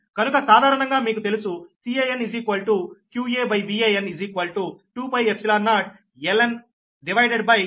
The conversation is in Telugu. కనుక సాధారణంగా మీకు తెలుసు Can qaVan 2π0ln Deqr farad per metre